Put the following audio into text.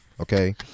okay